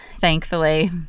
thankfully